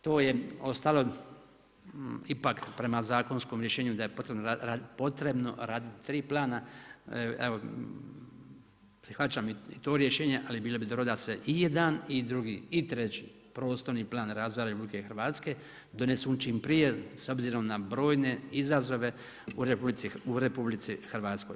To je ostalo ipak prema zakonskom rješenju da je potrebno raditi tri plana, evo prihvaćam i to rješenje, ali bilo bi dobro da se i jedan i drugi i treći Prostorni plan razvoja RH donesu čim prije s obzirom na brojne izazove u RH.